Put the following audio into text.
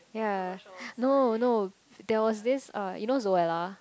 ya no no there was this uh you know Zoella ya